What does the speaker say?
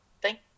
Thank